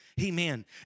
Amen